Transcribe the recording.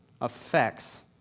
affects